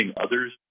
others